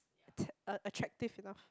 t~ uh attractive enough